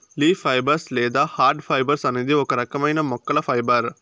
leaf fibres లేదా hard fibres అనేది ఒక రకమైన మొక్కల ఫైబర్